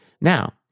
Now